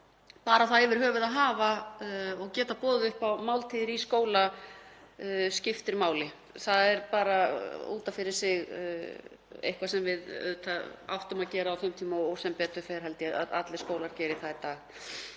bara það að geta yfir höfuð boðið upp á máltíðir í skóla skiptir máli. Það er út af fyrir sig eitthvað sem við áttum að gera á þeim tíma og sem betur fer held ég að allir skólar geri það í dag.